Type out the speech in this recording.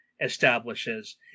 establishes